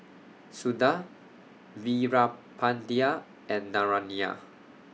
Suda Veerapandiya and Naraina